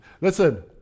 Listen